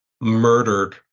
murdered